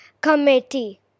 Committee